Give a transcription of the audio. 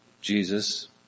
Jesus